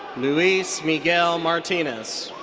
luis miguel martinez.